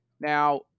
Now